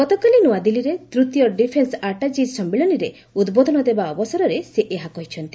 ଗତକାଲି ନୂଆଦିଲ୍ଲୀରେ ତୂତୀୟ ଡିଫେନ୍ସ ଆଟାଚିଜ ସମ୍ମିଳନୀରେ ଉଦ୍ବୋଧନ ଦେବା ଅବସରରେ ସେ ଏହା କହିଛନ୍ତି